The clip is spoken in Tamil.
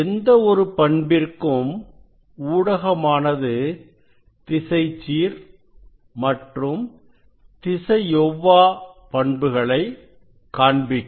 எந்த ஒரு பண்பிற்கும் ஊடகமானது திசைச்சீர் மற்றும் திசையொவ்வா பண்புகளை காண்பிக்கும்